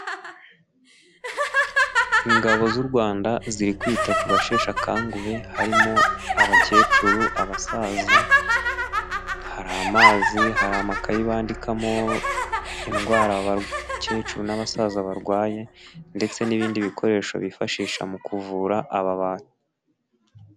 Ingabo z'u rwanda ziri kwita ku basheshe akanguhe, harimo abakecuru, abasaza, hari amazi, hari amakayi bandikamo indwara aba bakecuru n'abasaza barwaye, ndetse n'ibindi bikoresho bifashisha mu kuvura aba bantu.